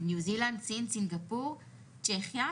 ניו זילנד, סין, סינגפור, צ'כיה.